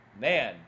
man